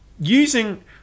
Using